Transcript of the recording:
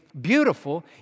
beautiful